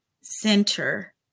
center